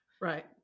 Right